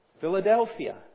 Philadelphia